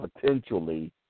potentially